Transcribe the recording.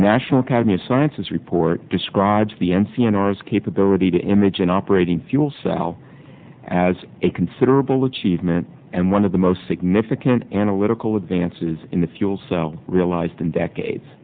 national academy of sciences report describes the n c n r s capability to image an operating fuel cell as a considerable achievement and one of the most significant analytical advances in the fuel cell realized in decades